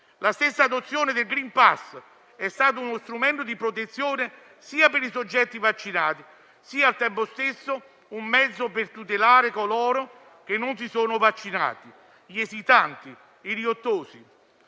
La stessa adozione del *green pass* è stato sia uno strumento di protezione, per i soggetti vaccinati, sia - al tempo stesso - un mezzo per tutelare coloro che non si sono vaccinati, gli esitanti e i riottosi.